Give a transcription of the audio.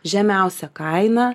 žemiausia kaina